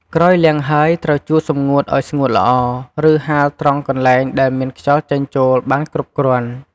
ក្រោយលាងហើយ ត្រូវជូតសម្ងួតឲ្យស្ងួតល្អ ឬហាលត្រង់កន្លែងដែលមានខ្យល់ចេញចូលបានគ្រប់គ្រាន់។